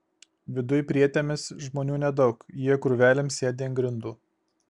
viduj prietėmis žmonių nedaug jie krūvelėm sėdi ant grindų